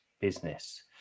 business